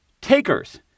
takers